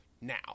now